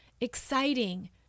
exciting